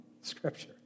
scripture